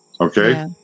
okay